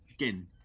again